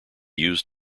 used